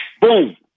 boom